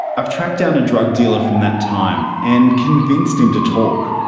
i've tracked down a drug dealer from that time and convinced him to talk.